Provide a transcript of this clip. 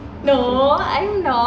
no I'm not